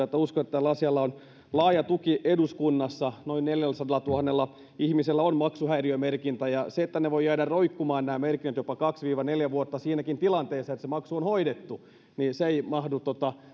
että tällä asialla on laaja tuki eduskunnassa noin neljälläsadallatuhannella ihmisellä on maksuhäiriömerkintä ja se että nämä merkinnät voivat jäädä roikkumaan jopa kaksi viiva neljä vuotta siinäkin tilanteessa että se maksu on hoidettu niin se ei mahdu